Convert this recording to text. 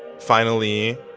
finally,